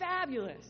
fabulous